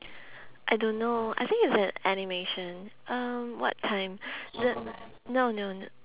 I don't know I think it's an animation uh what time the no no